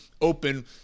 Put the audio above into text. open